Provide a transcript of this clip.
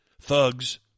thugs